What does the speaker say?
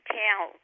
tell